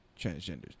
transgenders